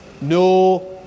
no